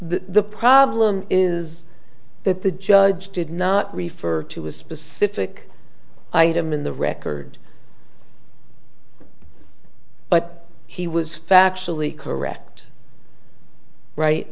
the problem is that the judge did not refer to a specific item in the record but he was factually correct right